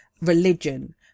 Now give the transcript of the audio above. religion